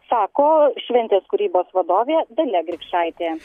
sako šventės kūrybos vadovė dalia grikšaitė